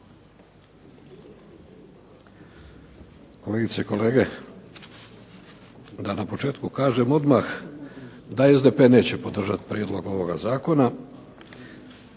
Kolegice i kolege, da na početku kažem odmah da SDP neće podržati prijedlog ovoga zakona,